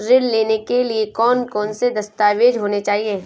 ऋण लेने के लिए कौन कौन से दस्तावेज होने चाहिए?